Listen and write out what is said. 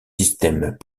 systèmes